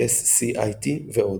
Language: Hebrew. SCIT ועוד.